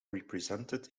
represented